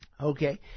Okay